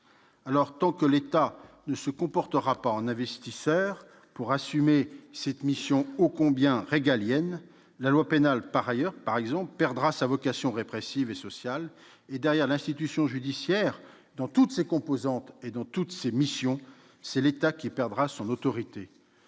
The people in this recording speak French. là ! Tant que l'État ne se comportera pas en investisseur pour assumer cette mission ô combien régalienne, la loi pénale perdra sa vocation répressive et sociale, et derrière l'institution judiciaire, dans toutes ses composantes et dans toutes ses missions, c'est l'État qui perdra son autorité.